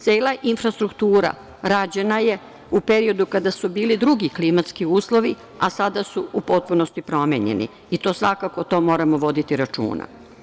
Cela infrastruktura rađena je u periodu kada su bili drugi klimatski uslovi, a sada su u potpunosti promenjeni i to svakako o tome moramo voditi računa.